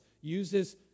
uses